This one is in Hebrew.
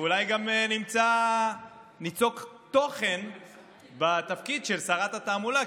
אולי גם ניצוק תוכן בתפקיד של שרת התעמולה,